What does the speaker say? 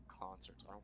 concerts